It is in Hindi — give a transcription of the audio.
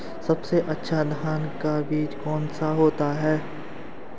सबसे अच्छा धान का बीज कौन सा होता है?